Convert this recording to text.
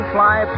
Fly